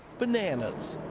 bananas.